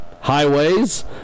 highways